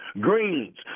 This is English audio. Greens